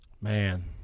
man